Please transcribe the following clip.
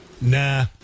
Nah